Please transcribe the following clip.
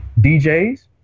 DJs